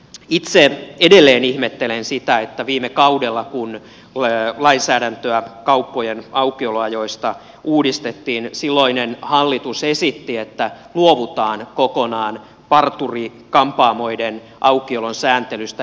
itse edelleen ihmettelen sitä että viime kaudella kun lainsäädäntöä kauppojen aukioloajoista uudistettiin silloinen hallitus esitti että luovutaan kokonaan parturi kampaamoiden aukiolon sääntelystä